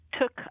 took